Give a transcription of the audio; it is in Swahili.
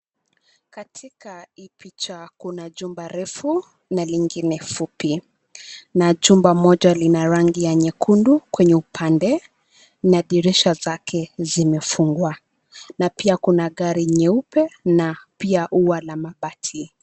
Katika hiii picha, kuna jumba refu na lingine fupi, na jumba moja lina rangi ya nyekundu kwenye upande na dirisha zake zimefungwa na pia kuna gari nyeupe na pia ua la mabati.